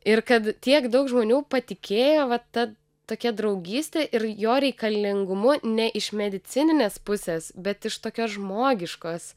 ir kad tiek daug žmonių patikėjo vat ta tokia draugyste ir jo reikalingumu ne iš medicininės pusės bet iš tokios žmogiškos